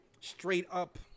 straight-up